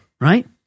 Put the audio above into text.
Right